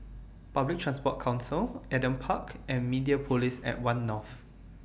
Public Transport Council Adam Park and Mediapolis At one North